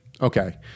Okay